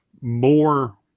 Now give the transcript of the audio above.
more